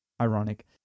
Ironic